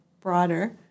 broader